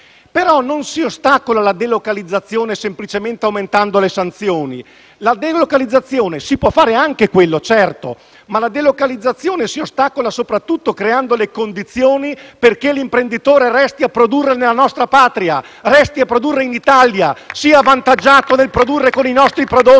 non si ostacola la delocalizzazione semplicemente aumentando le sanzioni; certamente si può fare anche quello, ma la delocalizzazione si ostacola soprattutto creando le condizioni perché l'imprenditore resti a produrre nella nostra Patria, in Italia, sia avvantaggiato nel produrre con i nostri prodotti,